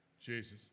Jesus